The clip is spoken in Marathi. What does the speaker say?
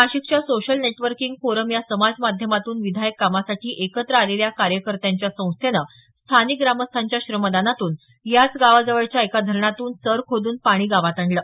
नाशिकच्या सोशल नेटवर्किंग फोरम या समाज माध्यमातून विधायक कामासाठी एकत्र आलेल्या कार्यकर्त्यांच्या संस्थेनं स्थानिक ग्रामस्थांच्या श्रमदानातून याच गावाजवळच्या एका धरणातून चर खोद्न पाणी गावात आणलं